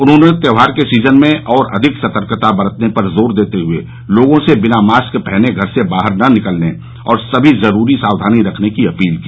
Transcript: उन्होंने त्योहार के सीजन में और अधिक सतर्कता बरतने पर जोर देते हए लोगों से बिना मास्क पहने घर से बाहर न निकलने और सभी जरूरी साक्षानी रखने की अपील की